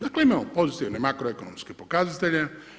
Dakle imamo pozitivne makroekonomske pokazatelje.